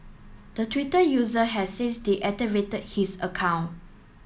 the Twitter user has since deactivated his account